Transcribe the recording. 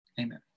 amen